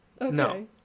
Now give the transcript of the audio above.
no